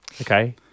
Okay